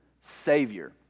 Savior